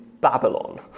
Babylon